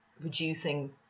reducing